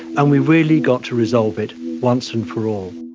and we've really got to resolve it once and for all.